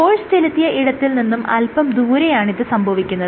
force ചെലുത്തിയ ഇടത്തിൽ നിന്നും അല്പം ദൂരെയാണിത് സംഭവിക്കുന്നത്